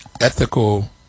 ethical